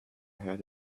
had